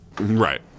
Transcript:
Right